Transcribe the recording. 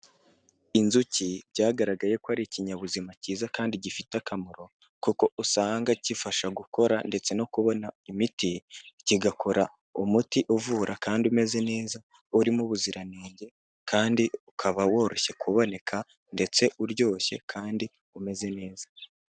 Inzuki byagaragaye ko ari ikinyabuzima cyiza kandi gifite akamaro kuko usanga gifasha gukora ndetse no kubona imiti, kigakora umuti uvura kandi umeze neza, urimo ubuziranenge kandi ukaba woroshye kuboneka ndetse uryoshye kandi umeze neza.